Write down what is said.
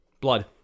Blood